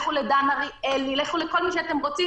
לכו לדן אריאלי ולכל מי שאתם רוצים